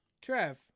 Trev